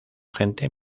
gente